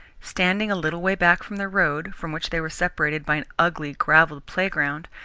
standing a little way back from the road, from which they were separated by an ugly, gravelled playground,